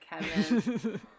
Kevin